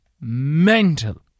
mental